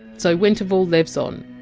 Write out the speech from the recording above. so winterval lives on.